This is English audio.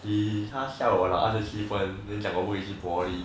he 他笑我拿二十七分 then 讲我不可以去 poly